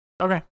Okay